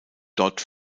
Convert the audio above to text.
dort